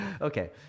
Okay